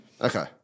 Okay